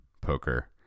poker